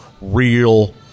real